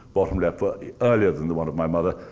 bottom left, were earlier than the one of my mother,